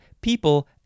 people